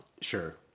Sure